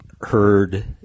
heard